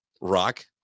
Rock